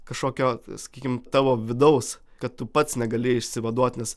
kažkokio sakykim tavo vidaus kad tu pats negali išsivaduot nes